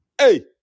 Hey